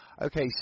Okay